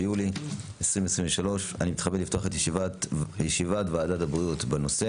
13 ביולי 2023. אני מתכבד לפתוח את ישיבת ועדת הבריאות בנושא